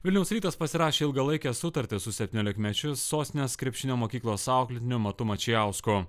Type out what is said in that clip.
vilniaus rytas pasirašė ilgalaikę sutartį su septyniolikmečiu sostinės krepšinio mokyklos auklėtiniu matu mačijausku